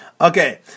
Okay